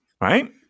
right